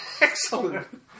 Excellent